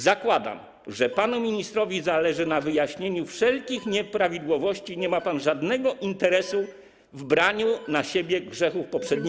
Zakładam, że panu ministrowi zależy na wyjaśnieniu wszelkich nieprawidłowości i nie ma Pan żadnego interesu w braniu na siebie grzechów poprzednika.